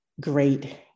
great